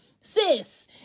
Sis